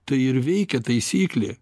tai ir veikia taisyklė